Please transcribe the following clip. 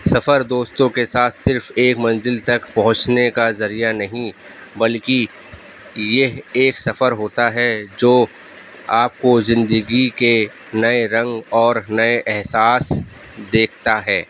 سفر دوستوں کے ساتھ صرف ایک منزل تک پہنچنے کا ذریعہ نہیں بلکہ یہ ایک سفر ہوتا ہے جو آپ کو زندگی کے نئے رنگ اور نئے احساس دیکھتا ہے